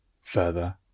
further